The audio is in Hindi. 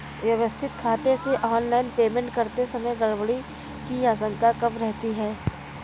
व्यवस्थित खाते से ऑनलाइन पेमेंट करते समय गड़बड़ी की आशंका कम रहती है